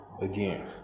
Again